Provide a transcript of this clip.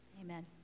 Amen